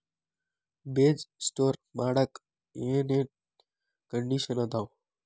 ಬೇಜ ಸ್ಟೋರ್ ಮಾಡಾಕ್ ಏನೇನ್ ಕಂಡಿಷನ್ ಅದಾವ?